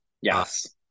Yes